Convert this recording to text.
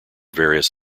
various